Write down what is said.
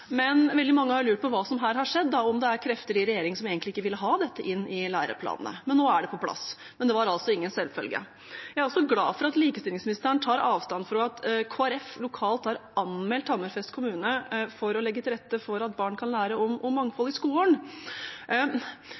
men veldig mange har lurt på hva som her har skjedd – om det er krefter i regjeringen som egentlig ikke ville ha dette inn i læreplanene. Nå er det på plass, men det var altså ingen selvfølge. Jeg er også glad for at likestillingsministeren tar avstand fra at Kristelig Folkeparti lokalt har anmeldt Hammerfest kommune for å legge til rette for at barn kan lære om mangfold i skolen.